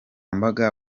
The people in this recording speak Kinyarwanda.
mbaga